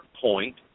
point